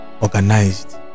Organized